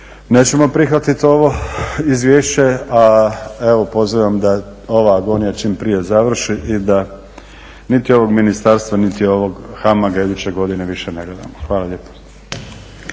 nećemo prihvatiti ovo izvješće, a evo pozivam da ova agonija čim prije završi i da niti ovog ministarstva, niti ovog HAMAG-a iduće godine više ne gledamo. Hvala lijepo.